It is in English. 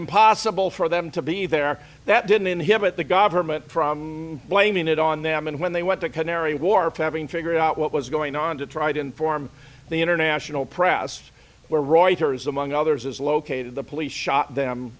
impossible for them to be there that didn't inhibit the government from blaming it on them and when they went to canary wharf having figured out what was going on to try to inform the international press where reuters among others is located the police shot them